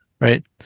Right